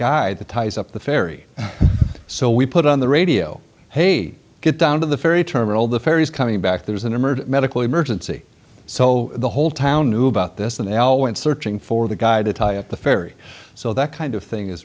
guy that ties up the ferry so we put on the radio hey get down to the ferry terminal the ferries coming back there's an emergency medical emergency so the whole town knew about this and they all went searching for the guy to tie up the ferry so that kind of thing is